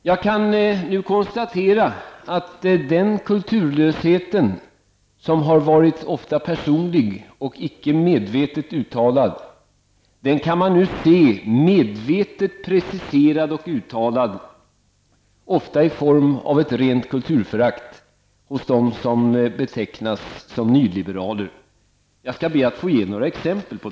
Jag kan nu konstatera att den kulturlösheten, som ofta har varit personlig och icke medvetet uttalad, kan man se medvetet och preciserat uttalad, ofta i form av ett rent kulturförakt, hos dem som betecknar sig själva som nyliberaler. Jag skall be att få ge några exempel.